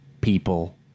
people